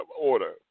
order